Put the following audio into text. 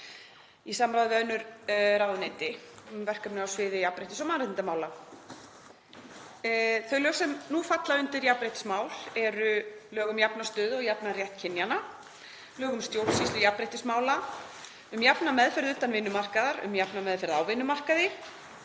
í samráði við önnur ráðuneyti um verkefni á sviði jafnréttis og mannréttindamála. Þau lög sem nú falla undir jafnréttismál eru lög um jafna stöðu og jafnan rétt kynjanna, lög um stjórnsýslu jafnréttismála, um jafna meðferð utan vinnumarkaðar, um jafna meðferð á vinnumarkaði.